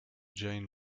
jain